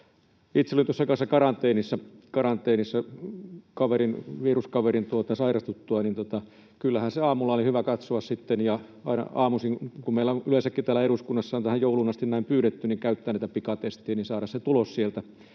Itse olin tuossa kanssa karanteenissa vieruskaverin sairastuttua, ja kyllähän se aamulla oli hyvä katsoa sitten ja aina aamuisin — kun meillä yleensäkin täällä eduskunnassa on tähän jouluun asti näin pyydetty — käyttää niitä pikatestejä ja saada tulos sieltä,